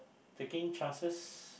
taking chances